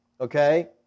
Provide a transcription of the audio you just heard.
Okay